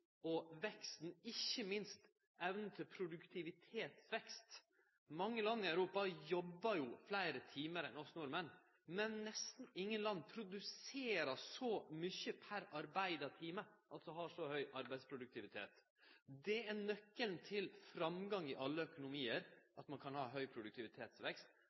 og veksten, ikkje minst evna til produktivitetsvekst. Mange land i Europa jobbar fleire timar enn oss nordmenn, men nesten ingen land produserer så mykje per arbeidstime, altså har så høg arbeidsproduktivitet. Nøkkelen til framgang i alle økonomiar er at ein kan ha høg produktivitetsvekst,